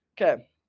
Okay